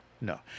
No